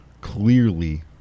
Clearly